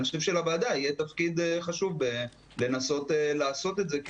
אני חושב שלוועדה יהיה תפקיד חשוב בלנסות לעשות את זה כי